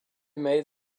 made